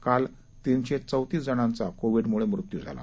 काल तीनशे चौतीस जणांचा कोविडमुळे मृत्यू झाला